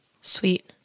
Sweet